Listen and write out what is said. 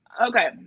Okay